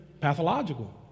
Pathological